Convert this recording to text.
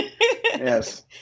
Yes